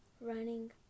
running